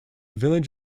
village